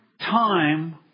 time